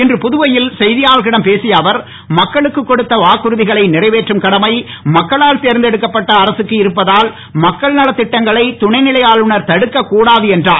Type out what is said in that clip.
இன்று புதுவையில் செய்தியாளர்களிடம் பேசிய அவர் மக்களுக்கு கொடுத்த வாக்குறுதிகளை நிறைவேற்றும் கடமை மக்களால் தேர்ந்தெடுக்கப்பட்ட அரசுக்கு இருப்பதால் மக்கள் நலத் திட்டங்களை துணைநிலை ஆளுநர் தடுக்கக்கூடாது என்றார்